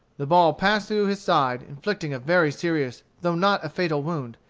the ball passed through his side, inflicting a very serious though not a fatal wound,